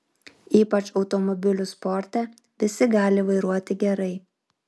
ypač automobilių sporte visi gali vairuoti gerai